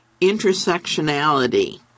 intersectionality